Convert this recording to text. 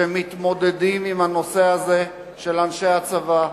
שמתמודדים עם הנושא הזה של אנשי הצבא,